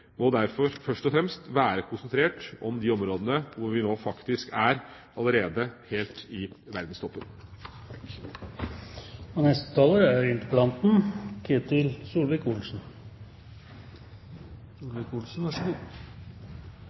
må derfor først og fremst være konsentrert om de områdene der vi faktisk allerede er helt i verdenstoppen. Jeg registrerer et svar som jeg selv synes er